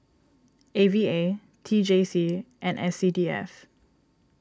A V A T J C and S C D F